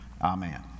Amen